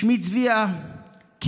שמי צביה קיוויתי,